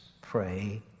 pray